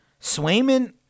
Swayman